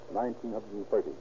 1930